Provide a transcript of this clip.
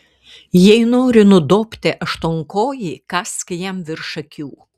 jei nori nudobti aštuonkojį kąsk jam virš akių